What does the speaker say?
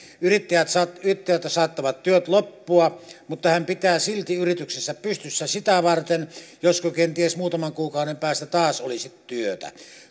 yrittäjältä saattavat yrittäjältä saattavat työt loppua mutta hän pitää silti yrityksensä pystyssä sitä varten josko kenties muutaman kuukauden päästä taas olisi työtä